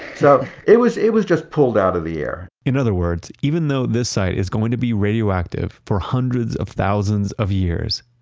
so it was it was just pulled out of the air in other words, even though this site is going to be radioactive for hundreds of thousands of years,